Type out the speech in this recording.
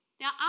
Now